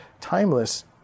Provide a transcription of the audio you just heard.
Timeless